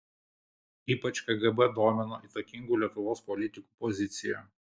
ypač kgb domino įtakingų lietuvos politikų pozicija